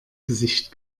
gesicht